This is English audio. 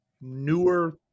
newer